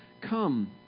come